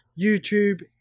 YouTube